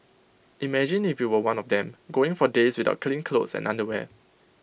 imagine if you were one of them going for days without clean clothes and underwear